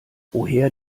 woher